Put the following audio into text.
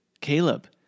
Caleb